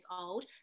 old